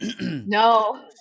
No